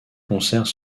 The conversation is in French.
concerts